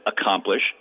accomplish